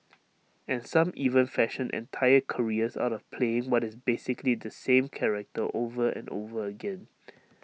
and some even fashion entire careers out of playing what is basically the same character over and over again